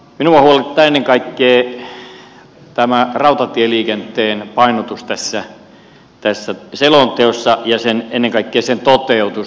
minua huolettaa ennen kaikkea rautatieliikenteen painotus tässä selonteossa ja ennen kaikkea sen toteutus